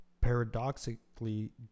paradoxically